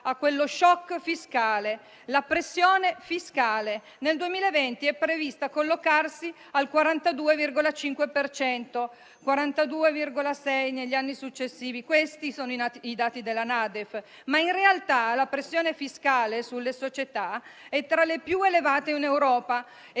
ad uno *shock* fiscale. La pressione fiscale nel 2020 è prevista collocarsi al 42,5 per cento e al 42,6 per cento negli anni successivi: questi sono i dati della NADEF. Ma in realtà la pressione fiscale sulle società è tra le più elevate in Europa: